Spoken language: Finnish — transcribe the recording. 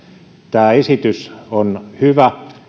tämä esitys on hyvä